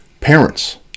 parents